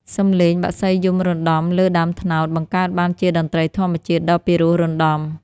សំឡេងបក្សីយំរណ្តំលើដើមត្នោត បង្កើតបានជាតន្ត្រីធម្មជាតិដ៏ពិរោះរណ្តំ។